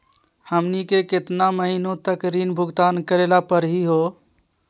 हमनी के केतना महीनों तक ऋण भुगतान करेला परही हो?